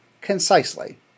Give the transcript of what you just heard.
concisely